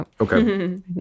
Okay